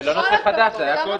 זה לא נושא חדש, זה היה קודם.